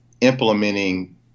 implementing